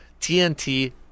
TNT